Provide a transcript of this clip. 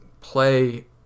play